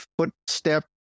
footstep